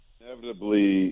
inevitably